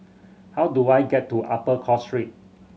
how do I get to Upper Cross Street